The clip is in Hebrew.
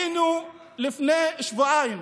לפני שבועיים,